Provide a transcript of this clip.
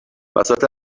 وسط